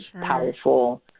powerful